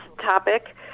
topic